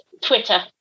Twitter